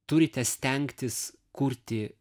turite stengtis kurti